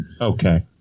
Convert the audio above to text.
Okay